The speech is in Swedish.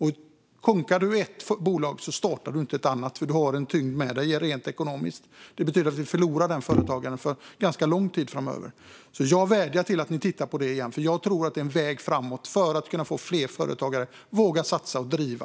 Har du ett bolag som konkar startar du inte ett annat, för du har en tyngd med dig rent ekonomiskt. Det betyder att vi förlorar den företagaren för ganska lång tid framöver. Jag vädjar till er att titta på detta igen, för jag tror att det är en väg framåt för att kunna få fler företagare att våga satsa och driva.